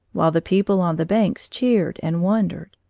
while the people on the banks cheered and wondered.